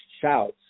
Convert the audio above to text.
shouts